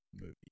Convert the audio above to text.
movie